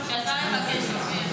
שהשר יבקש, אופיר.